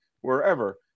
wherever